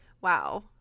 Wow